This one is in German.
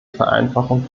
vereinfachung